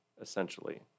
essentially